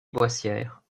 boissière